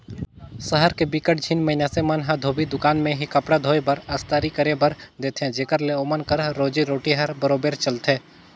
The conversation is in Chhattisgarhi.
सहर के बिकट झिन मइनसे मन ह धोबी दुकान में ही कपड़ा धोए बर, अस्तरी करे बर देथे जेखर ले ओमन कर रोजी रोटी हर बरोबेर चलथे